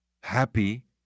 happy